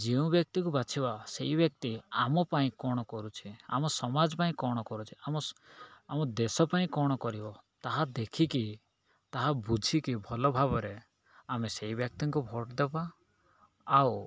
ଯେଉଁ ବ୍ୟକ୍ତିକୁ ବାଛିବା ସେଇ ବ୍ୟକ୍ତି ଆମ ପାଇଁ କଣ କରୁଛେ ଆମ ସମାଜ ପାଇଁ କ'ଣ କରୁଛେ ଆମ ଆମ ଦେଶ ପାଇଁ କଣ କରିବ ତାହା ଦେଖିକି ତାହା ବୁଝିକି ଭଲ ଭାବରେ ଆମେ ସେଇ ବ୍ୟକ୍ତିଙ୍କୁ ଭୋଟ ଦେବା ଆଉ